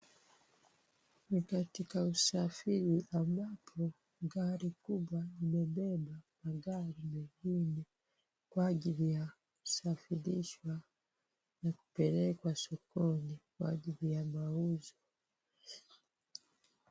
Ni katika usafiri ambapo gari kubwa limebeba magari mekundu kwa ajili ya kusafirishwa na kupelekwa sokoni kwa ajili ya mauzo.